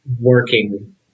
working